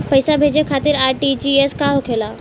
पैसा भेजे खातिर आर.टी.जी.एस का होखेला?